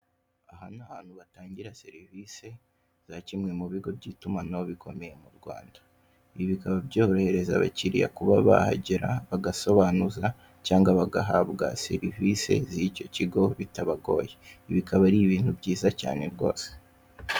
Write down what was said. Aha ni ahantu hatangirwa serivise za kimwe mubigo by'itumanaho bikomeye mu Rwanda, ibi bikaba byorohereza abakiriya kuba bahagera ndetse bagasobanuza cyangwa bagahabwa serivise z'icyo kigo bitabagoye, ibi bikaba ari ibintu byiza cyane rwose.